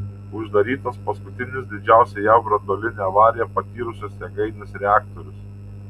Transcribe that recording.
uždarytas paskutinis didžiausią jav branduolinę avariją patyrusios jėgainės reaktorius